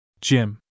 Jim